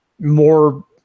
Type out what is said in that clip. more